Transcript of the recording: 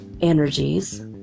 energies